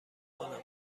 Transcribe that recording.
کنم